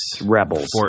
Rebels